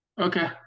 okay